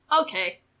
Okay